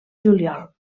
juliol